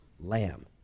lamb